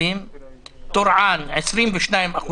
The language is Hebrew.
בטורעאן 22%,